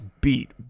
beat